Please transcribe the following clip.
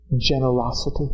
generosity